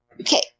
Okay